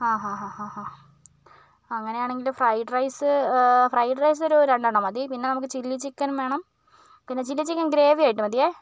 ഹാ ഹാ ഹാ ഹാ അങ്ങനെയാണെങ്കിൽ ഫ്രൈഡ് റൈസ് ഫ്രൈഡ് റൈസ് ഒരു രണ്ടെണ്ണം മതി പിന്നെ നമുക്ക് ചില്ലി ചിക്കൻ വേണം പിന്നെ ചില്ലി ചിക്കൻ ഗ്രേവി ആയിട്ട് മതിയേ